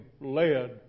led